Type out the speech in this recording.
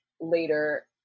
Later